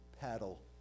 paddle